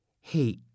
Hey